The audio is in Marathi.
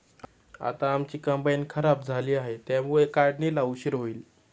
आता आमची कंबाइन खराब झाली आहे, त्यामुळे काढणीला उशीर होईल